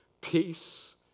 peace